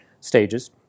stages